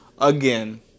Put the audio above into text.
again